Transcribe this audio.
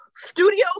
Studios